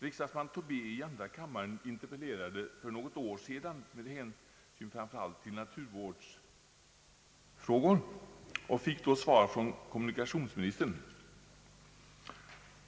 Riksdagsman Tobé i andra kammaren interpellerade för något år sedan med hänsyn framför allt till naturvårdsfrågorna och fick då svar från kommunikationsministern.